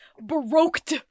Baroque